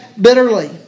bitterly